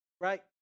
right